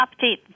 update